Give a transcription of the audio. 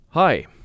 Hi